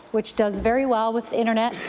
which does very well with internet.